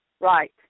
Right